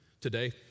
Today